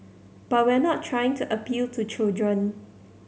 but we're not trying to appeal to children